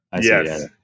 Yes